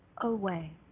away